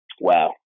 Wow